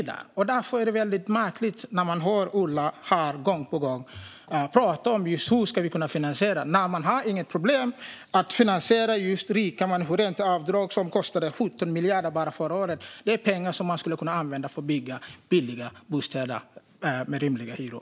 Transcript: Det blir därför väldigt märkligt att gång på gång höra Ola prata om hur vi ska kunna finansiera, när man inte har några problem med att finansiera rika människors ränteavdrag, som kostade 17 miljarder bara förra året. Det är pengar som skulle kunna användas till att bygga billiga bostäder med rimliga hyror.